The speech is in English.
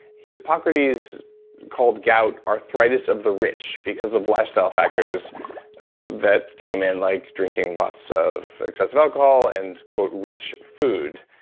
hippocrates called gout, arthritis of the rich because of lifestyle factors that came in, like drinking lots of excessive alcohol and, quote, rich food.